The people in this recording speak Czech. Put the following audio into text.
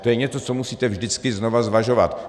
To je něco, co musíte vždycky znova zvažovat.